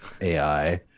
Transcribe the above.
AI